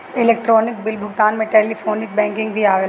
electronic bill भुगतान में telephonic banking भी आवेला